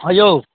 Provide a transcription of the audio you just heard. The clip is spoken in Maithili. हँ यौ